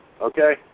okay